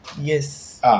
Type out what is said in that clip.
Yes